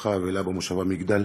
למשפחה האבלה במושבה מגדל